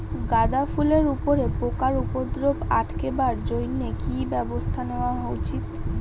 গাঁদা ফুলের উপরে পোকার উপদ্রব আটকেবার জইন্যে কি ব্যবস্থা নেওয়া উচিৎ?